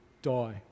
die